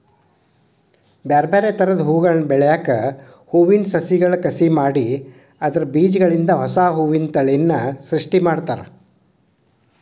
ಬ್ಯಾರ್ಬ್ಯಾರೇ ತರದ ಹೂಗಳನ್ನ ಬೆಳ್ಯಾಕ ಹೂವಿನ ಸಸಿಗಳ ಕಸಿ ಮಾಡಿ ಅದ್ರ ಬೇಜಗಳಿಂದ ಹೊಸಾ ಹೂವಿನ ತಳಿಯನ್ನ ಸೃಷ್ಟಿ ಮಾಡ್ತಾರ